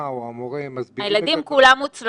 כשהמורָה או כשהמורֶה מסבירים את --- הילדים הם כולם מוצלחים,